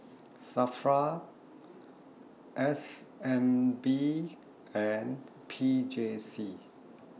SAFRA S N B and P J C